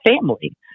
family